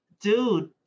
Dude